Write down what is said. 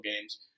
games